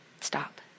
Stop